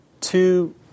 two